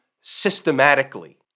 systematically